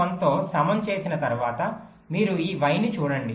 1 తో సమం చేసిన తర్వాత మీరు ఈ y ని చూడండి